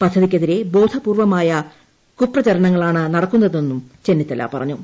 പദ്ധതിക്കെതിരെ ബോധപൂർവ്വമായ കുപ്രചരണങ്ങളാണ് നടക്കുന്നതെന്നും ചെന്നിത്തല പറഞ്ഞു